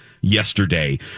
yesterday